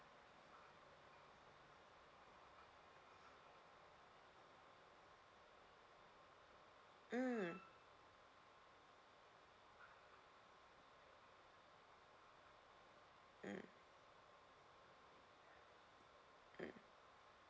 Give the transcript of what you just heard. mm mm mm